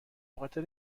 بخاطر